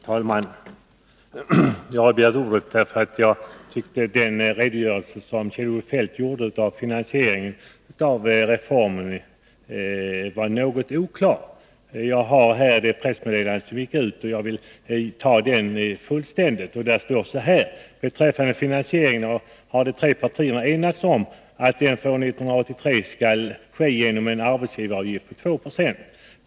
Herr talman! Jag begärde ordet eftersom jag tyckte att den redogörelse som Kjell-Olof Feldt gav av finansieringen av reformen var något oklar. Jag vill ur det pressmeddelande som gick ut citera följande: ”Beträffande finansieringen har de tre partierna enats om att den för år 1983 skall ske genom en arbetsgivaravgift på 2,0 90.